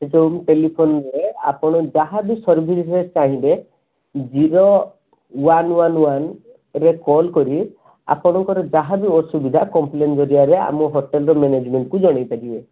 ସେ ଯେଉଁ ଟେଲିଫୋନ୍ରେ ଆପଣ ଯାହାବି ସର୍ଭିସେସ୍ ଚାହିଁବେ ଜିରୋ ୱାନ୍ ୱାନ୍ ୱାନ୍ରେ କଲ୍ କରି ଆପଣଙ୍କର ଯାହାବି ଅସୁବିଧା କମ୍ପ୍ଲେନ୍ ଜରିଆରେ ଆମ ହୋଟେଲ୍ର ମ୍ୟାନେଜମେଣ୍ଟକୁ ଜଣାଇପାରିବେ